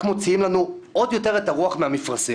מוציאים לנו עוד יותר את הרוח מהמפרשים?